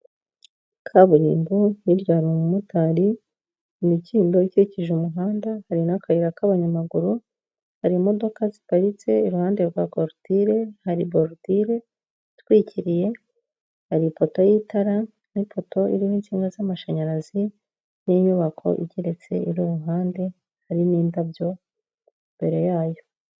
Kaburimbo, hirya hari umumotari, imikindo ikikije umuhanda, hari n'akayira k'abanyamaguru, hari imodoka ziparitse, iruhande rwa korutire hari borudire itwikiriye, hari ipoto y'itara n'ipoto iriho insinga z'amashanyarazi n'inyubako igeretse iri iruhande, hari n'indabyo imbere yayo.